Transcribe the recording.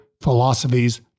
philosophies